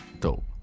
Dope